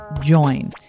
join